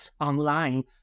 online